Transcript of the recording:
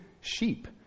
sheep